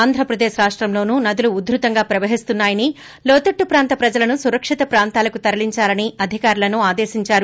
ఆంధ్రప్రదేశ్ రాష్టంలోనూ నదులు ఉధృతంగా ప్రవహిస్తున్నాయని లోతట్లు ప్రాంత ప్రజలను సురక్షిత ప్రాంతాలకు తరలించాలని అధికారులను ఆదేశించారు